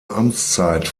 amtszeit